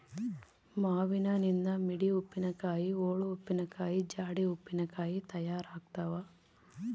ಮಾವಿನನಿಂದ ಮಿಡಿ ಉಪ್ಪಿನಕಾಯಿ, ಓಳು ಉಪ್ಪಿನಕಾಯಿ, ಜಾಡಿ ಉಪ್ಪಿನಕಾಯಿ ತಯಾರಾಗ್ತಾವ